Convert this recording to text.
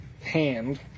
hand